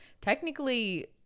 technically